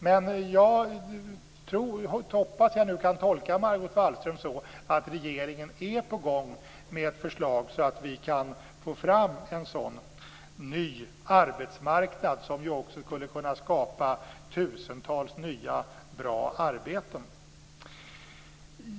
Men jag hoppas att jag nu kan tolka Margot Wallström så att regeringen är på gång med ett förslag, så att vi kan få fram en sådan ny arbetsmarknad, som ju också skulle kunna skapa tusentals nya, bra arbeten.